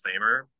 Famer